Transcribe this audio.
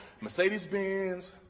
Mercedes-Benz